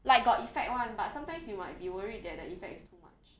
like got effect [one] but sometimes you might be worried that the effect is too much